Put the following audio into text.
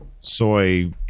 Soy